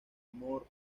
amor